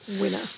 winner